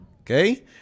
Okay